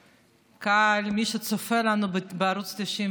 ההיסטוריה תשפוט את אלו שיכלו למנוע את הביזיון